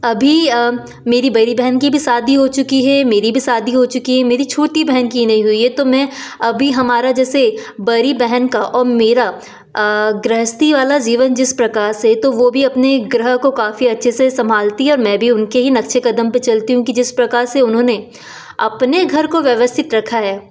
अभी मेरी बड़ी बहन की भी शादी हो चुकी है मेरी भी शादी हो चुकी है मेरी छोटी बहन की नहीं हुई है तो मैं अभी हमारा जैसे बड़ी बहन का और मेरा गृहस्थी वाला जीवन जिस प्रकार से तो वह भी अपने ग्रह को काफ़ी अच्छे से सम्भालती है और मैं भी उनके ही नक्शे कदम पर चलती हूँ जिस प्रकार से उन्होंने अपने घर को व्यवस्थित रखा है